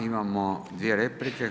Imamo dvije replike.